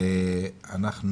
ואנחנו